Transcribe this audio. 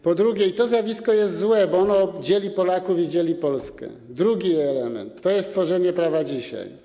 Po drugie - i to zjawisko jest złe, bo ono dzieli Polaków i dzieli Polskę - drugi element to jest tworzenie prawa dzisiaj.